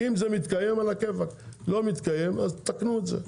אם זה מתקיים עלא כיפאק; אם זה לא מתקיים תקנו את זה.